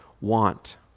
want